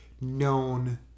known